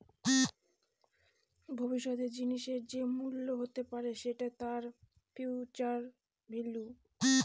ভবিষ্যতের জিনিসের যে মূল্য হতে পারে সেটা তার ফিউচার ভেল্যু